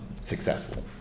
successful